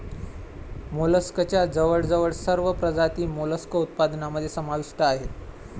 मोलस्कच्या जवळजवळ सर्व प्रजाती मोलस्क उत्पादनामध्ये समाविष्ट आहेत